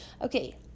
Okay